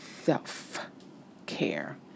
self-care